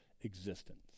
existence